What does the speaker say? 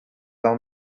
del